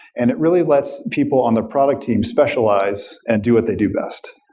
and it really lets people on the product team specialize and do what they do best,